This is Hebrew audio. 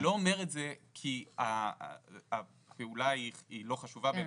אני לא אומר את זה כי הפעולה היא לא חשובה בעיניי,